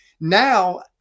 Now